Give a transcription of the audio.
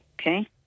Okay